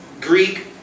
Greek